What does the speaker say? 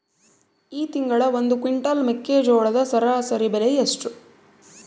ಈ ತಿಂಗಳ ಒಂದು ಕ್ವಿಂಟಾಲ್ ಮೆಕ್ಕೆಜೋಳದ ಸರಾಸರಿ ಬೆಲೆ ಎಷ್ಟು?